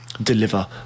deliver